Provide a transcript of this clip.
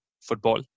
football